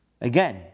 Again